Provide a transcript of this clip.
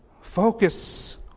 focus